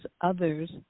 others